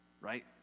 right